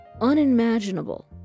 unimaginable